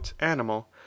animal